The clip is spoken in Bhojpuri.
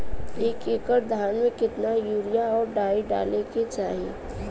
एक एकड़ धान में कितना यूरिया और डाई डाले के चाही?